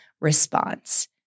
response